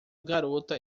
garota